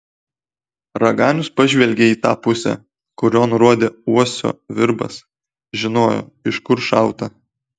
raganius pažvelgė į tą pusę kurion rodė uosio virbas žinojo iš kur šauta